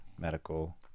medical